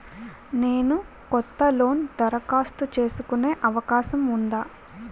నేను కొత్త లోన్ దరఖాస్తు చేసుకునే అవకాశం ఉందా?